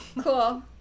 Cool